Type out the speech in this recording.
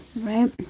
right